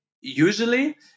Usually